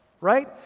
right